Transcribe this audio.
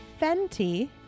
Fenty